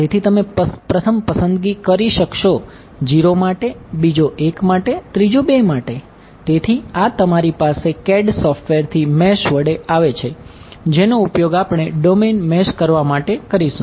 તેથી તમે પ્રથમ પસંદ કશકશો 0 માટે બીજો 1 માટે ત્રીજો 2 માટે તેથી આ તમારી પાસે CAD સોફ્ટવેરથી મેશ વડે આવે છે જેનો ઉપયોગ આપણે ડોમેન મેશ કરવા માટે કરીશું